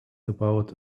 about